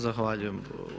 Zahvaljujem.